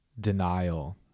denial